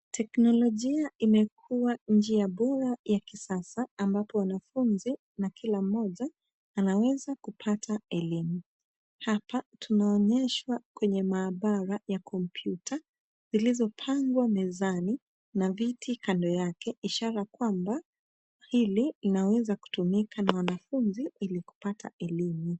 Teknolojia imekuwa njia bora ya kisasa ambapo wanafunzi na kila mmoja anaweza kupata elimu. Hapa tunaonyeshwa kwenye maabara ya kompyuta zilizopangwa mezani na viti kando yake ishara kwamba hili linaweza kutumika na wanafunzi ili kupata elimu.